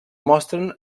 mostren